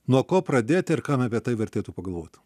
nuo ko pradėt ir kam apie tai vertėtų pagalvot